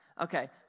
Okay